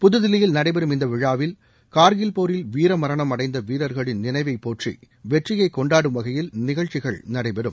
புதுதில்லியில் நடைபெறும் இந்த விழாவில் கார்கில் போரில் வீரமரணம் அடைந்த வீரர்களின் நினைவைப் போற்றி வெற்றியை கொண்டாடும் வகையில் நிகழ்ச்சிகள் நடைபெறும்